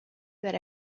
that